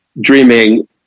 dreaming